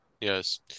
yes